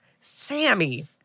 Sammy